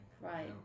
right